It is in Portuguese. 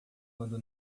quando